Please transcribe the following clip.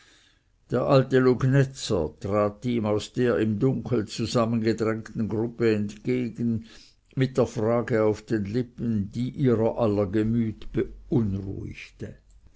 der alte lugnetzer trat ihm aus der im dunkel zusammengedrängten gruppe entgegen mit der frage auf den lippen die ihrer aller gemüt beunruhigte